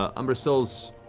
ah umbrasyl's